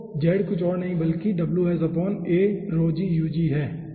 ठीक है तो Z कुछ और नहीं बल्कि है ठीक है